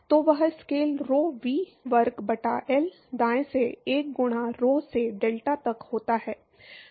तो वह scale rho V वर्ग बटा L दाएँ से 1 गुणा rho से डेल्टा तक होता है